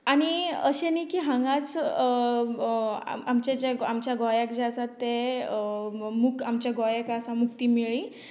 आनी अशें न्ही की हांगाच आमचें जें आमच्या गोंयाक जें आसात तें मूक आमच्या गोंयाक आसा मुक्ती मेळी